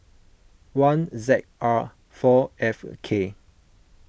one Z R four F K